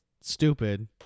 stupid